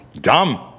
Dumb